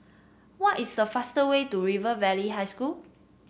what is the fastest way to River Valley High School